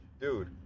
Dude